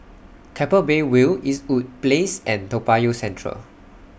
Keppel Bay View Eastwood Place and Toa Payoh Central